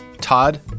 Todd